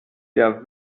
der